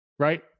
right